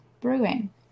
Brewing